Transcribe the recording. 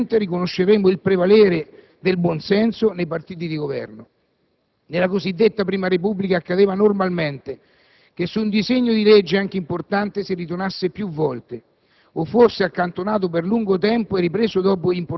Noi non grideremmo alla vittoria, ma semplicemente riconosceremmo il prevalere del buon senso nei partiti di Governo. Nella cosiddetta Prima Repubblica accadeva normalmente che su un disegno di legge anche importante si ritornasse più volte